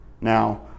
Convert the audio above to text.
Now